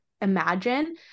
imagine